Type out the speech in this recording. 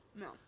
No